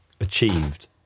achieved